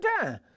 time